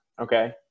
okay